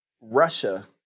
Russia